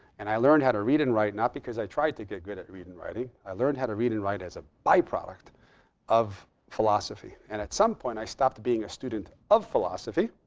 and i learned how to read and write, not because i tried to get good at reading and writing, i learned how to read and write as a byproduct of philosophy. and at some point, i stopped being a student of philosophy.